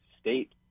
state